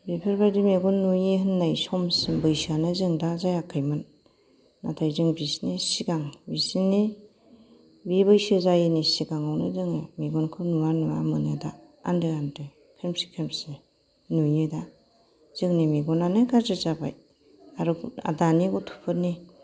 बेफोरबादि मेगन नुयि होननाय समसिम बैसोआनो जों दा जायाखैमोन नाथाय जों बिसिनि सिगां बिसिनि बे बैसो जायैनि सिगाङावनो जोङो मेगनखौ नुवा नुवा मोनो दा आनदो आनदो खोमसि खोमसि नुयो दा जोंनि मेगनआनो गाज्रि जाबाय आरो दानि गथ'फोरनि